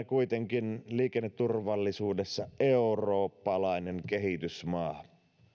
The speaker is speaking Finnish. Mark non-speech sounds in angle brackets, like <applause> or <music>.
<unintelligible> kuitenkin liikenneturvallisuudessa eurooppalainen kehitysmaa